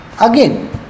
again